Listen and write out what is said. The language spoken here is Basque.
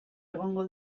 egongo